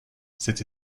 cette